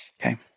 Okay